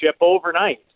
overnight